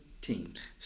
teams